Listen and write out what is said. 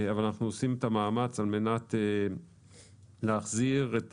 אבל אנחנו עושים מאמץ על מנת להחזיר את